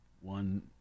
One